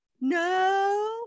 no